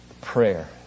Prayer